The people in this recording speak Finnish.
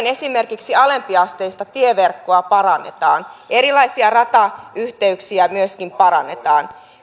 esimerkiksi alempiasteista tieverkkoa parannetaan erilaisia ratayhteyksiä myöskin parannetaan